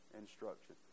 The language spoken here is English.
instruction